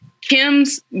Kim's